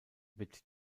wird